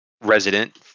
resident